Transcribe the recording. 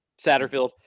Satterfield